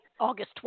August